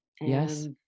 Yes